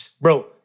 Bro